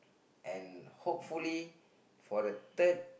and hopefully for the third